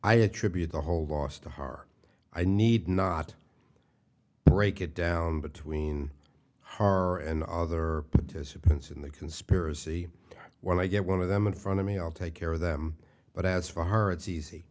i attribute the whole loss to her i need not break it down between har and other disciplines in the conspiracy when i get one of them in front of me i'll take care of them but as for her it's easy